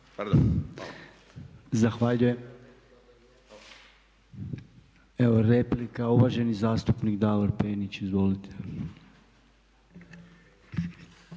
zahvaljujem. Evo replika, uvaženi zastupnik Davor Penić. Izvolite.